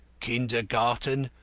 kindergarten,